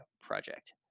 project